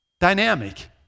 dynamic